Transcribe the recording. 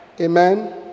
Amen